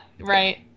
Right